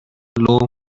low